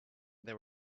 there